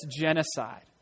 genocide